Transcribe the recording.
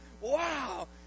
Wow